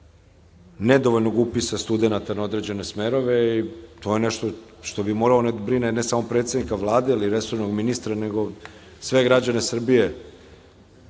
nedovoljnog upisa studenata na određene smerove i to je nešto što bi moralo da brine ne samo predsednika Vlade ili resornog ministra, nego sve građane Srbije.